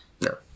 No